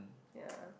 ya